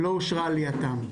לא אושרה עלייתם.